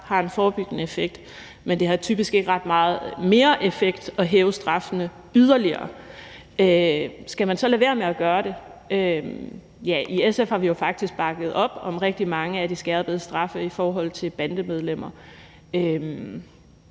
har en forebyggende effekt. Men det har typisk ikke ret meget mere effekt at hæve straffene yderligere. Skal man så lade være med at gøre det? Ja, i SF har vi jo faktisk bakket op om rigtig mange af de skærpede straffe i forhold til bandemedlemmer,